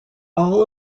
all